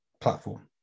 platform